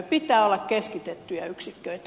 pitää olla keskitettyjä yksiköitä